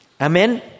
Amen